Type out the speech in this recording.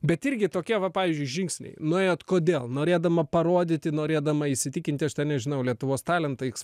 bet irgi tokie va pavyzdžiui žingsniai nuėjot kodėl norėdama parodyti norėdama įsitikinti aš ten nežinau lietuvos talentai iks